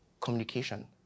communication